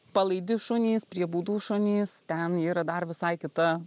palaidi šunys prie būdų šunys ten yra dar visai kita